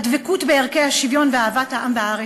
הדבקות בערכי השוויון ואהבת העם והארץ,